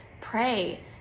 pray